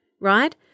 right